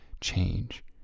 change